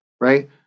Right